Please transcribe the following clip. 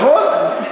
נכון?